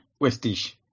West-ish